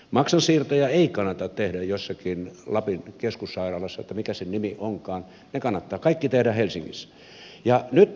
maksansiirtoja ei kannata tehdä jossakin lapin keskussairaalassa tai mikä sen nimi onkaan ne kannattaa kaikki tehdä helsingissä